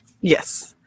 Yes